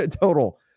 total